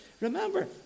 Remember